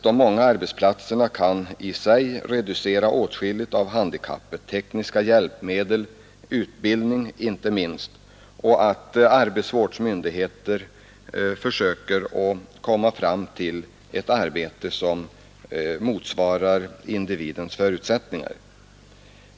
De många arbetsplatserna kan i sig reducera åtskilligt av handikappet genom tekniska hjälpmedel, genom utbildning — inte minst — och genom arbetsvårdsmyndigheternas verksamhet att finna arbeten som motsvarar individens förutsättningar.